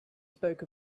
spoke